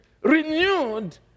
renewed